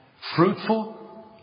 fruitful